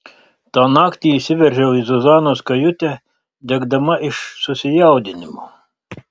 tą naktį įsiveržiau į zuzanos kajutę degdama iš susijaudinimo